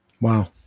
Wow